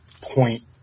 point